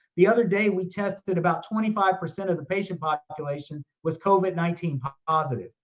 the other day we tested about twenty five percent of the patient population was covid nineteen positive.